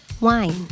Wine